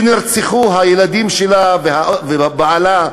שנרצחו הילדים שלה ובעלה.